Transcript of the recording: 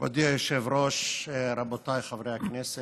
לפועל, הוא גם מייצג את הפרקליטות,